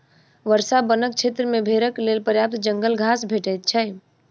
वर्षा वनक क्षेत्र मे भेड़क लेल पर्याप्त जंगल घास भेटैत छै